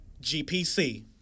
GPC